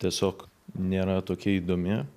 tiesiog nėra tokia įdomi